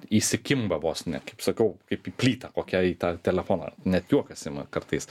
įsikimba vos ne kaip sakau kaip į plytą kokią į tą telefoną net juokas ima kartais